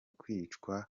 kwicwa